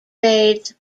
raids